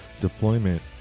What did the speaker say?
deployment